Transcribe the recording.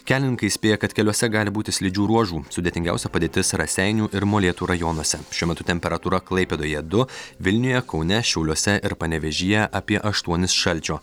kelininkai įspėja kad keliuose gali būti slidžių ruožų sudėtingiausia padėtis raseinių ir molėtų rajonuose šiuo metu temperatūra klaipėdoje du vilniuje kaune šiauliuose ir panevėžyje apie aštuonis šalčio